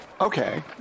okay